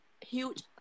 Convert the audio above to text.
huge